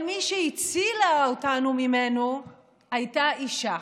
אבל מי שהצילה אותנו ממנו הייתה אישה,